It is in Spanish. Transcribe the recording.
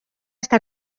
está